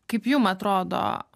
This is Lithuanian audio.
kaip jum atrodo